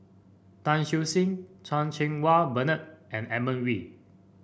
Tan Siew Sin Chan Cheng Wah Bernard and Edmund Wee